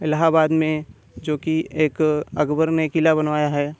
इलाहाबाद में जो कि एक अकबर ने क़िला बनवाया है